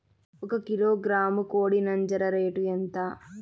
ఒక కిలోగ్రాము కోడి నంజర రేటు ఎంత?